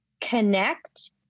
connect